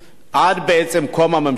עד בעצם קום הממשלה הזאת.